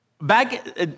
Back